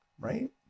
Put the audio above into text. Right